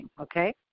okay